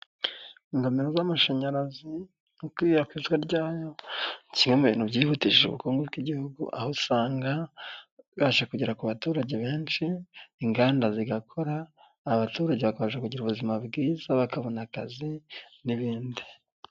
Urugomero rw'amashanyarazi mu ikwirakwizwa ryayo, ni kimwe mu bintu byihutisha ubukungu bw'igihugu, aho usanga bibashije kugera ku baturage benshi, inganda zigakora, abaturage bakabasha kugira ubuzima bwiza bakabona akazi n'ibindi.